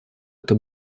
это